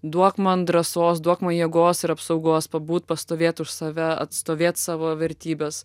duok man drąsos duok ma jėgos ir apsaugos pabūt pastovėt už save atstovėt savo vertybes